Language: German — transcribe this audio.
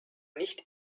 nicht